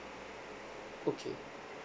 okay